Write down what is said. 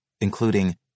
including